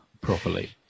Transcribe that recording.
properly